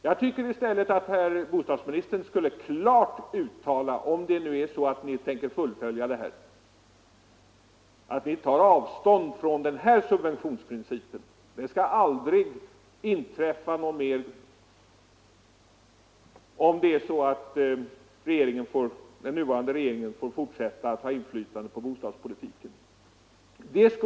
Jag tycker i stället att herr bostadsministern skulle klart uttala att ni tar avstånd från den här subventionsprincipen. Såg i stället att detta aldrig skall inträffa någon mer gång, om den nuvarande regeringen får fortsätta att ha inflytande på bostadspolitiken.